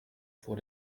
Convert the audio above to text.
vor